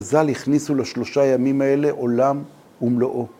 (ח)ז"ל הכניסו לשלושה ימים האלה עולם ומלואו.